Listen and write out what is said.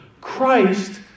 Christ